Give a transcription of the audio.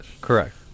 correct